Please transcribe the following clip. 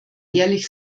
ehrlich